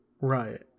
right